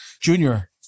Junior